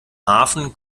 hafen